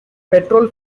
petrol